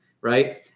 Right